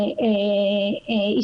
יש הרבה רעש.